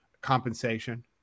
compensation